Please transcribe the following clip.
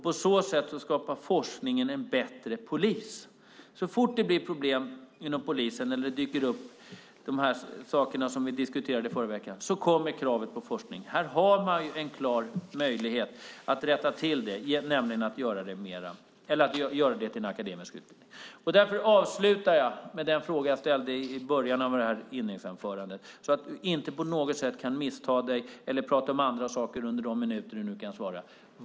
På så sätt skapar forskningen en bättre polis. Så fort det blir problem inom polisen eller de saker som vi diskuterade förra veckan dyker upp kommer kravet på forskning. Här har man en klar möjlighet att rätta till det genom att göra den till en akademisk utbildning. Därför avslutar jag med den fråga jag ställde i början av det här anförandet så att du inte på något sätt kan missuppfatta det eller prata om andra saker under de minuter du nu kan svara.